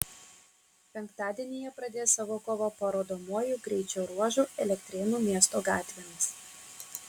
penktadienį jie pradės savo kovą parodomuoju greičio ruožu elektrėnų miesto gatvėmis